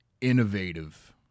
innovative